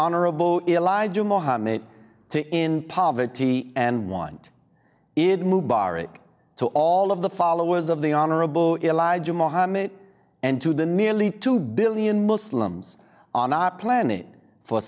honorable elijah mohammed to in poverty and want it mubarak to all of the followers of the honorable elijah mohammed and to the nearly two billion muslims on op planet for